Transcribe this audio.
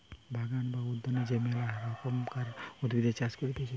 বাগান বা উদ্যানে যে মেলা রকমকার উদ্ভিদের চাষ করতিছে